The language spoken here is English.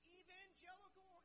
evangelical